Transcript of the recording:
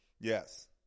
Yes